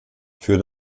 für